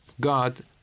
God